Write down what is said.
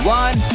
one